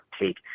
take